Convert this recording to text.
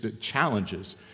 challenges